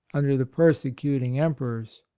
under the persecuting empe rors.